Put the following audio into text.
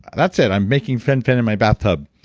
that's it. i'm making fen-phen in my bathtub,